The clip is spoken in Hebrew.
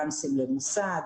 גם סמלי מוסד,